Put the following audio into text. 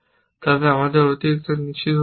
তবে আমাদের অতিরিক্ত নিশ্চিত হতে হবে